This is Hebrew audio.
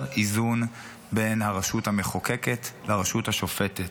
איזון בין הרשות המחוקקת לרשות השופטת.